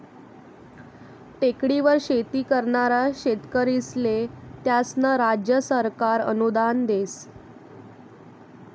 टेकडीवर शेती करनारा शेतकरीस्ले त्यास्नं राज्य सरकार अनुदान देस